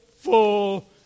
full